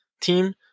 team